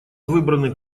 выбранных